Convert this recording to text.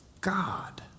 God